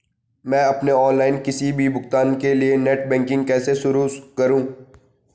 मैं अपने ऑनलाइन किसी भी भुगतान के लिए नेट बैंकिंग कैसे शुरु करूँ?